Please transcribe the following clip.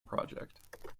project